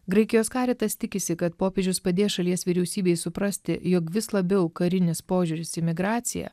graikijos karitas tikisi kad popiežius padės šalies vyriausybei suprasti jog vis labiau karinis požiūris į migraciją